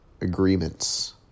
agreements